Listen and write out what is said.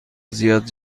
زیاد